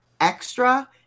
extra